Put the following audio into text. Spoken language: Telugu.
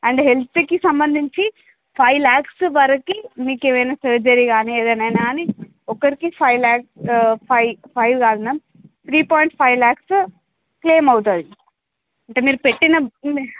అంటే హెల్త్కి సంబంధించి ఫైవ్ ల్యాక్స్ వరకు మీకు ఏమైనా సర్జరీ కానీ ఏదైనా అయిన కానీ ఒకరికి ఫైవ్ లాక్స్కి ఫైవ్ ఫైవ్ కాదు ma'am three point five lakhs claim అవుతుంది అంటే మీరు పెట్టిన